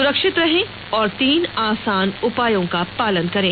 सुरक्षित रहें और तीन आसान उपायों का पालन करें